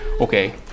okay